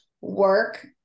work